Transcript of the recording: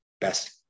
Best